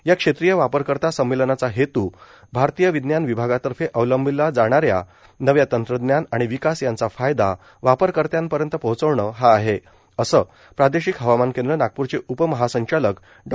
या क्षेत्रीय वापरकर्ता संमेलनाचा हेतू भारतीय विज्ञान विभागातर्फे अवलंबिला जाणाऱ्या नव्या तंत्रज्ञान आणि विकास यांचा फायदा वापरकर्त्यांपर्यंत पोहचवणे हा आहे असं प्रादेशिक हवामान केंद्र नागपूरचे उपमहासंचालक डॉ